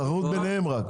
התחרות ביניהם רק.